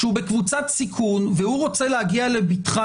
שהוא בקבוצת סיכון והוא רוצה להגיע בבטחה